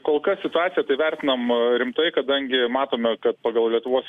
kol kas situaciją tai vertinama rimtai kadangi matome kad pagal lietuvos